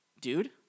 dude